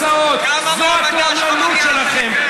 כמה מהמדד שלך מגיע לפריפריה?